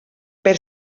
per